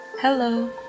hello